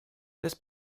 this